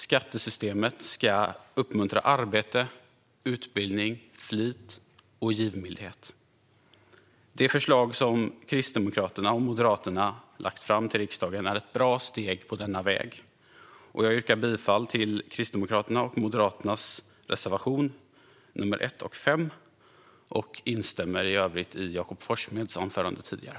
Skattesystemet ska uppmuntra arbete, utbildning, flit och givmildhet. Det förslag som Kristdemokraterna och Moderaterna lagt fram till riksdagen är ett bra steg på denna väg. Jag yrkar bifall till Kristdemokraternas och Moderaternas reservationer 1 och 5 och instämmer i övrigt i Jakob Forssmeds anförande tidigare.